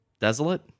desolate